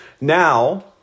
Now